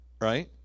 Right